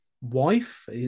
wife